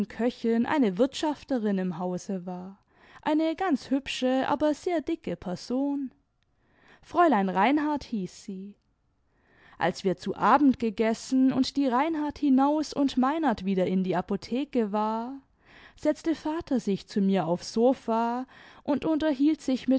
köchin eine wirtschafterin im hause war eine ganz hübsche aber sehr dicke person fräulein reinhard hieß sie als wir zu abend gegessen und die reinhard hinaus und meinert wieder in der apotheke war setzte vater sich zu mir aufs sofa und unterhielt sich